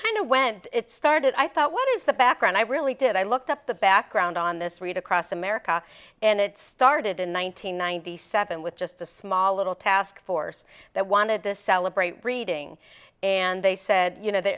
of when it started i thought what is the background i really did i looked up the background on this read across america and it started in one nine hundred ninety seven with just a small little task force that wanted to celebrate reading and they said you know